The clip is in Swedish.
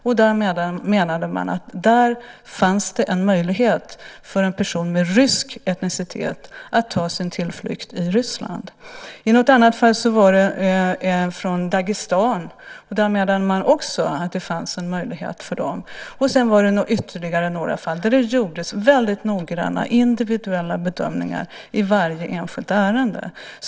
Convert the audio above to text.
Man menade att det fanns en möjlighet för en person med rysk etnicitet att ta sin tillflykt till Ryssland. I ett annat fall var det Dagestan. Där menade man också att det fanns en möjlighet för dem. Det var ytterligare några fall där det gjordes väldigt noggranna individuella bedömningar i varje enskilt ärende.